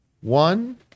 one